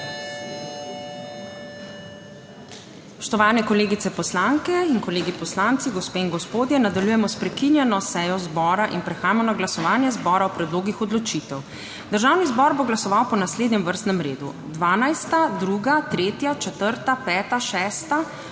Spoštovane kolegice poslanke in kolegi poslanci, gospe in gospodje! Nadaljujemo s prekinjeno sejo zbora. Prehajamo na glasovanje zbora o predlogih odločitev. Državni zbor bo glasoval po naslednjem vrstnem redu: 12., 2., 3., 4., 5., 6., 8., 10., 11., 16., 17., 7., 13., 14., 15. in 18.